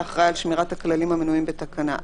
אחראי על שמירת הכללים המנויים בתקנה 4,